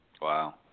Wow